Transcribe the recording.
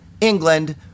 England